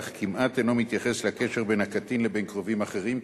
אך כמעט אינו מתייחס לקשר בין הקטין לבין קרובים אחרים,